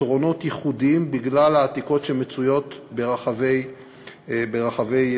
פתרונות ייחודיים בגלל העתיקות שמצויות ברחבי בית-שמש.